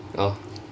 oh